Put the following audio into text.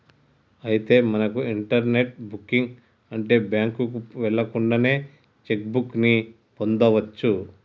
అయితే మనకు internet booking ఉంటే బ్యాంకుకు వెళ్ళకుండానే కొత్త చెక్ బుక్ ని పొందవచ్చు